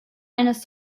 eines